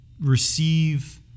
receive